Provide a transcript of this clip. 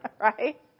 right